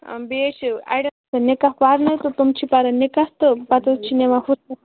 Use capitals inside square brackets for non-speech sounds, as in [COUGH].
آ بیٚیہِ حظ چھِ اَڑٮ۪ن [UNINTELLIGIBLE] نِکاح پَرنَے تہٕ تِم چھِ پَران نِکاح تہٕ پَتہٕ حظ چھِ نِوان [UNINTELLIGIBLE]